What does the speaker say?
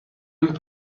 and